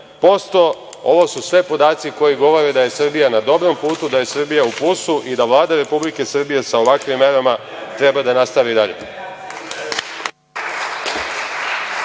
1%. Ovo su sve podaci koji govore da je Srbija na dobrom putu, da je Srbija u plusu i da Vlada Republike Srbije sa ovakvim merama treba da nastavi dalje.